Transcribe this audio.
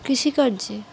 কৃষিকার্যে